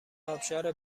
ابشار